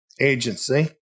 Agency